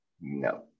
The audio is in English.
No